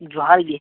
ᱡᱚᱦᱟᱨ ᱜᱮ